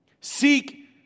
Seek